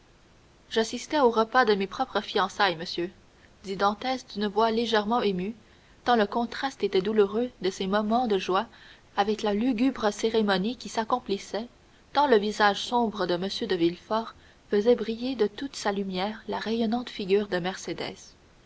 j'assistais au repas de mes propres fiançailles monsieur dit dantès d'une voix légèrement émue tant le contraste était douloureux de ces moments de joie avec la lugubre cérémonie qui s'accomplissait tant le visage sombre de m de villefort faisait briller de toute sa lumière la rayonnante figure de mercédès